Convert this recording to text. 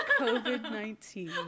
COVID-19